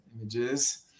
images